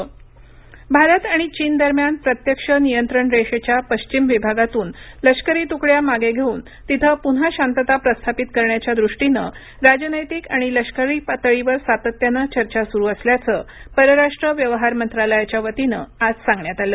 भारत चीन भारत आणि चीन दरम्यान प्रत्यक्ष नियंत्रण रेषेच्या पश्चिम विभागातून लष्करी तुकड्या मागे घेऊन तिथं पुन्हा शांतता प्रस्थापित करण्याच्या दृष्टीनं राजनैतिक आणि लष्करी पातळीवर सातत्यानं चर्चा सुरू असल्याचं परराष्ट्र व्यवहार मंत्रालयाच्या वतीनं आज सांगण्यात आलं